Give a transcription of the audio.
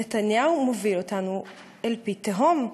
נתניהו מוביל אותנו אל פי תהום,